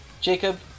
jacob